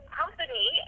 company